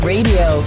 Radio